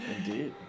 Indeed